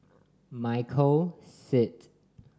Michael Seet